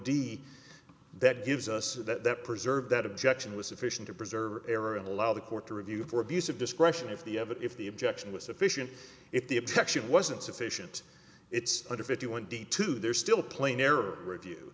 one d that gives us that preserve that objection was sufficient to preserve error and allow the court to review for abuse of discretion if the of if the objection was sufficient if the objection wasn't sufficient it's under fifty one to two they're still playing error review